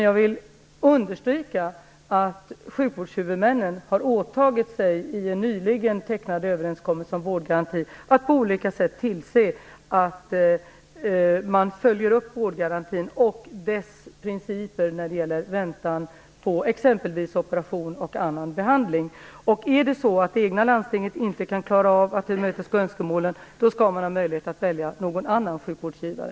Jag vill dock understryka att sjukvårdshuvudmännen i en nyligen tecknad överenskommelse om vårdgaranti har åtagit sig att på olika sätt tillse att denna följs upp. Vårdgarantins principer om exempelvis väntan på operation och annan behandling skall följas. Om det egna landstinget inte kan klara av att tillmötesgå önskemålen skall det finnas möjlighet att välja någon annan sjukvårdsgivare.